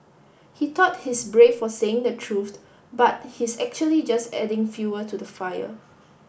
he thought he's brave for saying the truth but he's actually just adding fuel to the fire